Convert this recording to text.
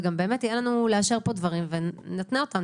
באמת יהיה לנו פה לאשר דברים, ונתנה אותם.